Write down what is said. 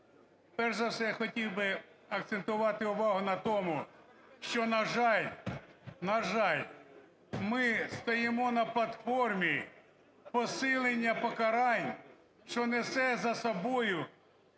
Перш за все я хотів би акцентувати увагу на тому, що, на жаль, на жаль, ми стоїмо на платформі посилення покарань, що несе за собою